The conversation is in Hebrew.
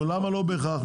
למה לא בהכרח?